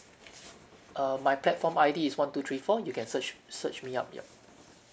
err my platform I_D is one two three four you can search search me up yup